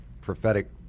prophetic